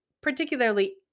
particularly